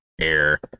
air